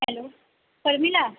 hello Parmila